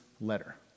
letter